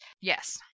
yes